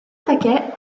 taquet